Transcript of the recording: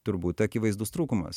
turbūt akivaizdus trūkumas